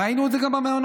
ראינו את זה גם במעונות.